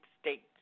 States